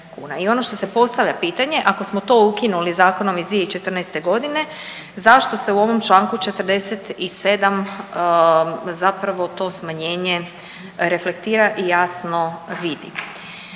I ono što se postavlja pitanje, ako smo to ukinuli zakonom iz 2014.g. zašto se u ovom čl. 47. zapravo to smanjenje reflektira i jasno vidi?